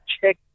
check